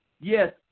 Yes